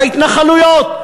בהתנחלויות,